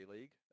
League